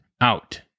out